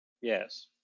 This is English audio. Yes